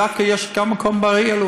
יש דווקא מקום גם באריאל,